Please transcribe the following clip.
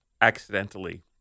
accidentally